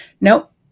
Nope